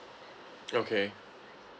okay